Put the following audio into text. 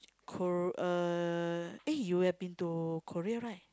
Kor~ eh you have been to Korea right